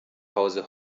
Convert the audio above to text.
hause